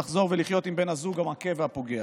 לחזור ולחיות עם בן הזוג המכה והפוגע.